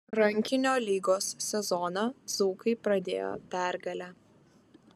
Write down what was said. rankinio lygos sezoną dzūkai pradėjo pergale